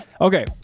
Okay